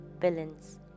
villains